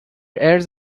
اِرز